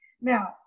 Now